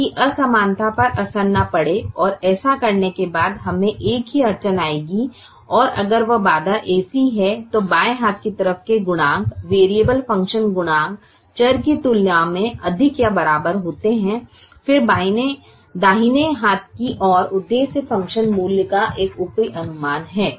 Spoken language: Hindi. ताकि असमानता पर असर न पड़े और ऐसा करने के बाद हमें एक ही अड़चन आएगी और अगर वह बाधा ऐसी है तो बाएं हाथ की तरफ के गुणांक वियरेबल फंक्शन गुणांक चर की तुलना में अधिक या बराबर होते हैं फिर दाहिने हाथ की ओर उद्देश्य फ़ंक्शन मूल्य का एक ऊपरी अनुमान है